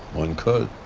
one could.